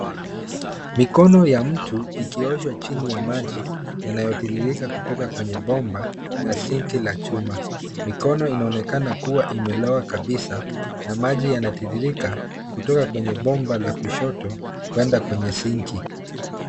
Mikono ya mtu ikioshwa chini ya maji yanayotiririka kutoka kwenye bomba na [cs ] sinki [cs ] la chuma. Mikono inaonekana kuwa imelowa kabisa na maji yanatiririka kutoka kwenye bomba la kushoto kuenda kwenye [cs ] sinki[cs ].